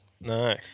No